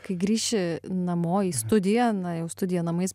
kai grįši namo į studiją na jau studiją namais